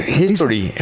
history